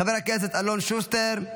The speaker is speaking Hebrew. חבר הכנסת אלון שוסטר,